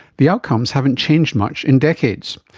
the outcomes haven't changed much in decades,